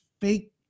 fake